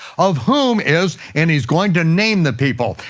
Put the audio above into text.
of whom is, and he's going to name the people,